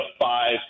five-